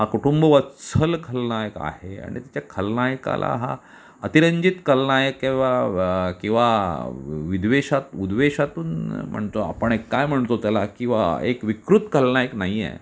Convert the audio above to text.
हा कुटुंबवत्सल खलनायक आहे आणि त्या खलनायकाला हा अतिरंजित खलनायक किंवा व्या किंवा विद्वेषात उद्वेशातून म्हणतो आपण एक काय म्हणतो त्याला की बा एक विकृत खलनायक नाही आहे